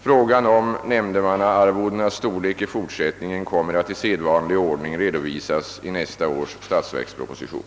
Frågan om nämndemannaarvodenas storlek i fortsättningen kommer att i sedvanlig ordning redovisas i nästa års statsverksproposition.